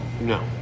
No